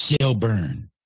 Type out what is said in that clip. Shelburne